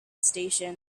station